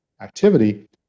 activity